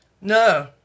No